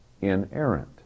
inerrant